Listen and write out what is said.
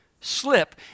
slip